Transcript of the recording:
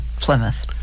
Plymouth